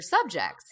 subjects